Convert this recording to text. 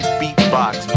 beatbox